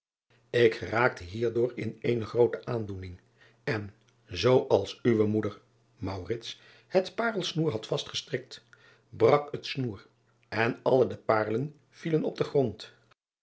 k geraakte hierdoor in eene groote aandoening en zoo als uwe moeder het parelsnoer had vastgestrikt brak het snoer en alle de paarlen vielen op den grond